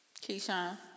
Keyshawn